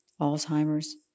Alzheimer's